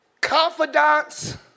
Confidants